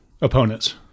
opponents